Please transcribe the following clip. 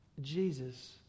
Jesus